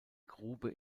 grube